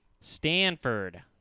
Stanford